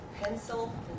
pencil